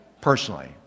personally